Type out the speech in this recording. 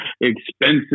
expensive